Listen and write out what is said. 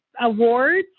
awards